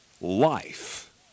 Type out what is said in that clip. life